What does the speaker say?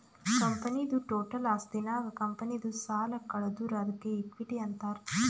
ಕಂಪನಿದು ಟೋಟಲ್ ಆಸ್ತಿನಾಗ್ ಕಂಪನಿದು ಸಾಲ ಕಳದುರ್ ಅದ್ಕೆ ಇಕ್ವಿಟಿ ಅಂತಾರ್